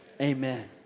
amen